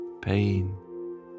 pain